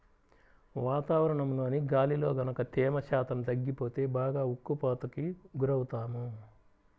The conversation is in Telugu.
వాతావరణంలోని గాలిలో గనక తేమ శాతం తగ్గిపోతే బాగా ఉక్కపోతకి గురవుతాము